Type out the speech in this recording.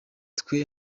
twe